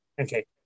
Okay